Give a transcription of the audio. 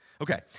Okay